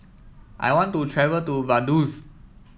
I want to travel to Vaduz